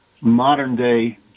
modern-day